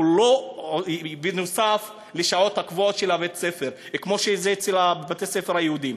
לא בנוסף לשעות הקבועות של בית-הספר כמו שזה בבתי-הספר היהודיים.